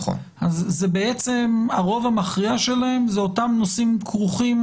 אז בעצם הרוב המכריע שלהם זה אותם נושאים כרוכים